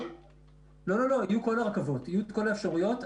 יהיו כל הרכבות, כל האפשרויות.